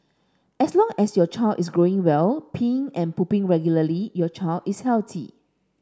as long as your child is growing well peeing and pooing regularly your child is healthy